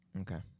Okay